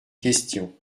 question